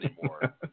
anymore